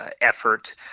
effort